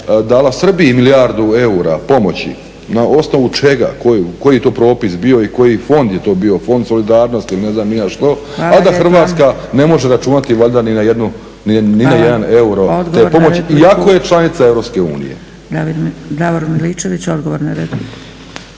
dala Srbiji milijardu eura pomoći, na osnovu čega, koji je to propis bio i koji fond je to bio, fond solidarnosti ili ne znam ni ja što a da Hrvatska ne može računati valjda ni na jedan euro te pomoć. iako je članica Europske unije. **Zgrebec,